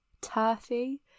turfy